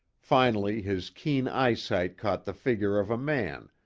finally his keen eyesight caught the figure of a man,